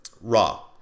raw